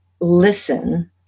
listen